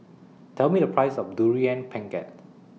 Tell Me The Price of Durian Pengat